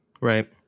Right